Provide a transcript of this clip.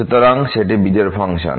সুতরাং সেটি বিজোড় ফাংশন